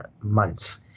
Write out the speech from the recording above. months